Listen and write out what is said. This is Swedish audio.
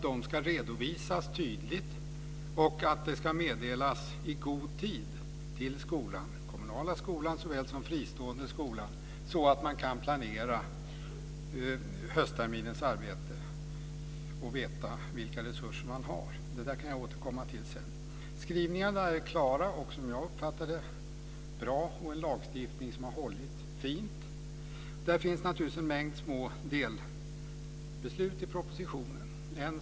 De ska redovisas tydligt, och det ska meddelas i god tid till skolan. Det gäller den kommunala skolan såväl som den fristående skolan så att de kan planera höstterminens arbete och veta vilka resurser de har. Det kan jag återkomma till sedan. Skrivningarna är klara och som jag uppfattar det bra. Det är en lagstiftning som har hållit fint. Det finns naturligtvis en mängd små delbeslut i propositionen.